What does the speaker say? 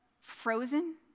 frozen